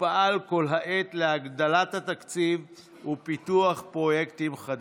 ופעל כל העת להגדלת התקציב ולפיתוח פרויקטים חדשים.